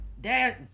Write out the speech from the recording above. dad